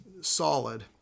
solid